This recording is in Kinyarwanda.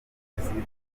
imbogamizi